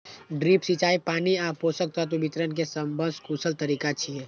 drip सिंचाई पानि आ पोषक तत्व वितरण के सबसं कुशल तरीका छियै